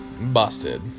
busted